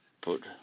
put